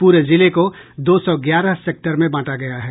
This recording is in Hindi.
पूरे जिले को दो सौ ग्यारह सेक्टर में बांटा गया है